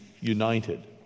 united